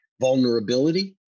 vulnerability